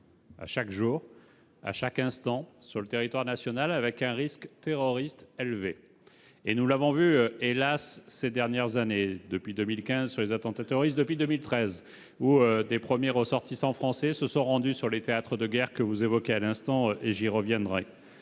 chaque jour, à chaque instant, sur le territoire national, avec un risque terroriste élevé. Nous l'avons vu, hélas, ces dernières années, depuis 2015, avec les attentats terroristes, et même depuis 2013, lorsque les premiers ressortissants français se sont rendus sur les théâtres de guerre que vous évoquiez à l'instant, j'y reviendrai.